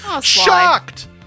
Shocked